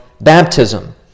baptism